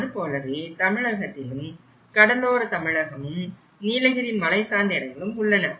அதுபோலவே தமிழகத்திலும் கடலோர தமிழகமும் நீலகிரி மலை சார்ந்த இடங்களும் உள்ளன